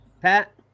Pat